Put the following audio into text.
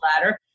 ladder